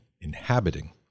inhabiting